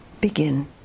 begin